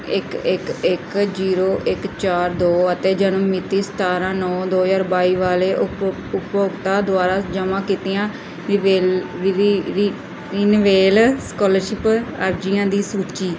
ਇੱਕ ਇੱਕ ਇੱਕ ਜੀਰੋ ਇੱਕ ਚਾਰ ਦੋ ਅਤੇ ਜਨਮ ਮਿਤੀ ਸਤਾਰਾਂ ਨੌਂ ਦੋ ਹਜ਼ਾਰ ਬਾਈ ਵਾਲੇ ਉਪਭੋ ਉਪਭੋਗਤਾ ਦੁਆਰਾ ਜਮ੍ਹਾਂ ਕੀਤੀਆਂ ਰਿਵੇ ਰਿਵੀ ਰਿ ਰਿਨਿਵੇਲ ਸਕਾਲਰਸ਼ਿਪ ਅਰਜ਼ੀਆਂ ਦੀ ਸੂਚੀ